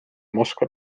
moskva